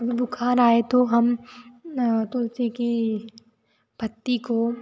कभी बुखार आए तो हम तुलसी की पत्ती को